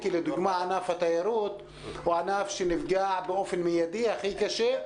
כי לדוגמה ענף התיירות הוא ענף שנפגע באופן מידי הכי קשה,